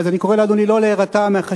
אז אני קורא לאדוני לא להירתע מהחשדנות,